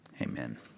Amen